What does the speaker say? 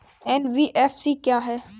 NBFC क्या है?